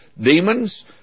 demons